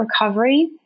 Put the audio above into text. recovery